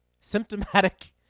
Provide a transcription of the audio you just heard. symptomatic